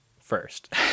first